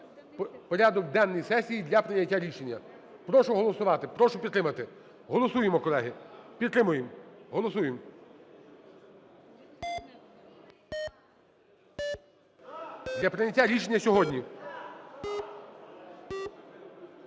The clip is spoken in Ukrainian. Голосуємо. Для прийняття рішення сьогодні.